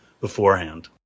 beforehand